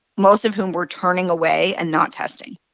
most of whom we're turning away and not testing.